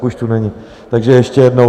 Už tu není, takže ještě jednou.